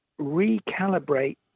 recalibrate